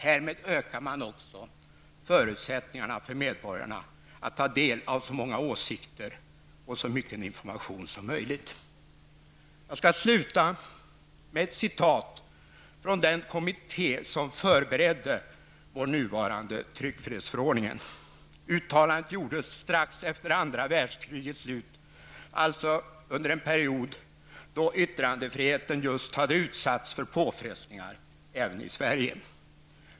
Härmed ökar man också förutsättningarna för medborgarna att ta del av så många åsikter och så mycken information som möjligt. Jag skall avsluta med ett citat från den kommitté som förberedde vår nuvarande tryckfrihetsförordning. Uttalandet gjordes strax efter andra världskrigets slut -- alltså under en period då yttrandefriheten just hade utsatts för påfrestningar även i Sverige.